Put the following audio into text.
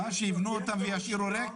מה, שייבנו אותן וישאירו ריק?